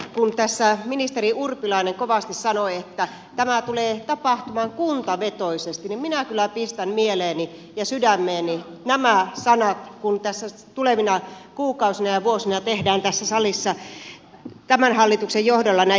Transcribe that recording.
ensinnäkin täytyy kyllä todeta kun tässä ministeri urpilainen kovasti sanoi että tämä tulee tapahtumaan kuntavetoisesti niin minä kyllä pistän mieleeni ja sydämeeni nämä sanat kun tässä tulevina kuukausina ja vuosina tehdään tässä salissa tämän hallituksen johdolla näitä päätöksiä